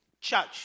church